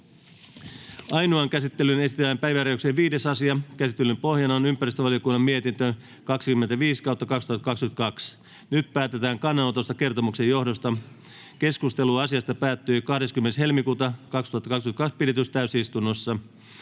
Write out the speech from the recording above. Ainoaan käsittelyyn esitellään päiväjärjestyksen 5. asia. Käsittelyn pohjana on ympäristövaliokunnan mietintö YmVM 25/2022 vp. Nyt päätetään kannanotosta kertomuksen johdosta. Keskustelu asiasta päättyi 20.2.2023 pidetyssä täysistunnossa.